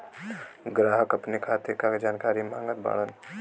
ग्राहक अपने खाते का जानकारी मागत बाणन?